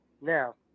Now